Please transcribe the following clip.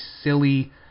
silly